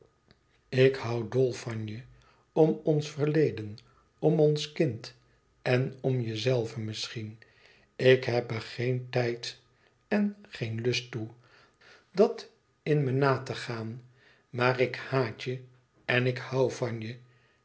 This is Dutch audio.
ik hoû dol van je om ons verleden om ons kind en om jezelve misschien ik heb er geen tijd en geen lust toe dat in me na te gaan maar ik haat je en ik hoû van je